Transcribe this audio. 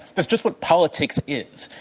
that's just what politics is.